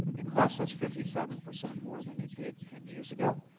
it costs us fifty seven percent more than it did ten years ago.